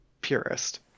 purist